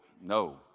No